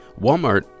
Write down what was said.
Walmart